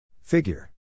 Figure